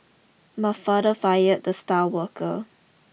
my father fired the star worker